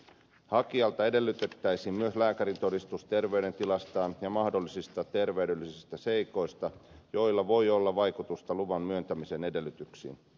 hakijalta edellytettäisiin myös lääkärintodistus terveydentilastaan ja mahdollisista terveydellisistä seikoista joilla voi olla vaikutusta luvan myöntämisen edellytyksiin